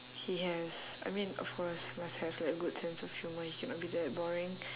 he has I mean of course must have like a good sense of humour he cannot be that boring